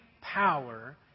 power